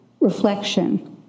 reflection